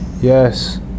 yes